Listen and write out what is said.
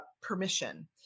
permission